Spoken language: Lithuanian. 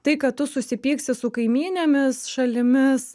tai kad tu susipyksi su kaimynėmis šalimis